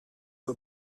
for